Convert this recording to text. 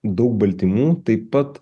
daug baltymų taip pat